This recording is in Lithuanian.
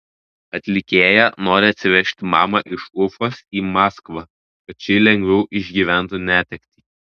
atlikėja nori atsivežti mamą iš ufos į maskvą kad ši lengviau išgyventų netektį